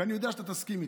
ואני יודע שאתה תסכים איתי: